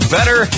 Better